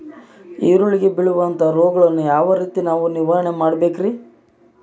ಈರುಳ್ಳಿಗೆ ಬೇಳುವಂತಹ ರೋಗಗಳನ್ನು ಯಾವ ರೇತಿ ನಾವು ನಿವಾರಣೆ ಮಾಡಬೇಕ್ರಿ?